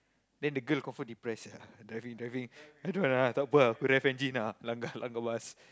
then the girl confirm depressed sia driving driving tak apa ah aku left engine ah aku langgar langgar bus